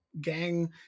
gang